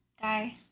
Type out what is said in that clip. guy